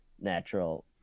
natural